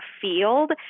field